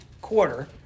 quarter